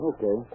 Okay